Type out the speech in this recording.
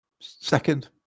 Second